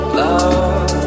love